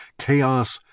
chaos